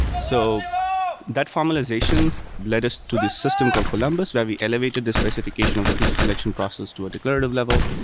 so that formalization led us to this system called columbus, where we elevated the specification of the feature selection process to a declarative level,